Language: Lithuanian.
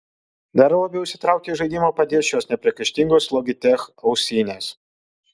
dar labiau įsitraukti į žaidimą padės šios nepriekaištingos logitech ausinės